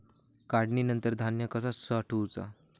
काढणीनंतर धान्य कसा साठवुचा?